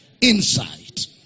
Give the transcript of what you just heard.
Insight